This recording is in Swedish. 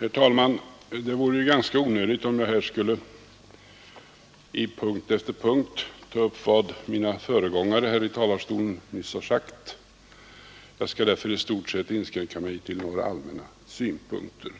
Herr talman! Det är ganska onödigt att jag här punkt efter punkt tar upp vad mina föregångare i talarstolen nyss anfört, och jag skall därför i stort sett inskränka mig till några allmänna synpunkter.